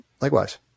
Likewise